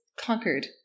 conquered